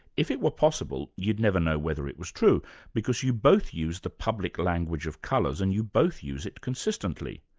if it were possible you'd never know whether it was true because you both used the public language of colours and you both use it consistently.